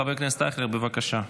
חבר הכנסת אייכלר, בבקשה.